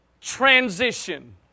transition